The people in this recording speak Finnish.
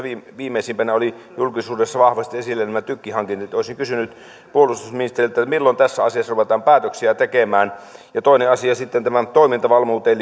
viimeisimpänä olivat julkisuudessa vahvasti esillä nämä tykkihankinnat olisin kysynyt puolustusministeriltä milloin tässä asiassa ruvetaan päätöksiä tekemään toinen asia on sitten tähän toimintavarmuuteen